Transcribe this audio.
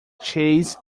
chase